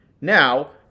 Now